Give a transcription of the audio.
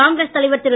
காங்கிரஸ் தலைவர் திரு